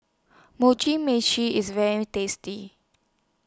Mugi Meshi IS very tasty